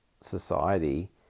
society